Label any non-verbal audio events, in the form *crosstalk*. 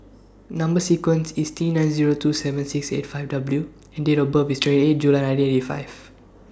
*noise* Number sequence IS T nine Zero two seven six eight five W and Date of birth IS twenty eight July nineteen eighty five *noise*